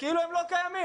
כאילו הם לא קיימים.